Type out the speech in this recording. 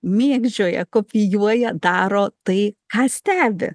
mėgdžioja kopijuoja daro tai ką stebi